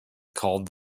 called